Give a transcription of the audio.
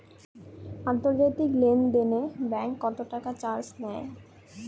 আন্তর্জাতিক লেনদেনে ব্যাংক কত টাকা চার্জ নেয়?